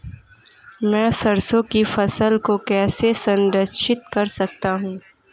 मैं सरसों की फसल को कैसे संरक्षित कर सकता हूँ?